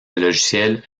logiciel